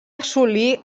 assolir